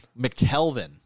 McTelvin